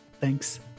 Thanks